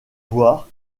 voir